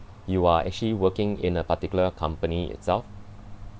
you are actually working in a particular company itself